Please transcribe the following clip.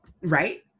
right